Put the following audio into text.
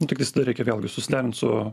nu tiktais tada reikia vėlgi susiderint su